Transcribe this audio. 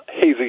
hazy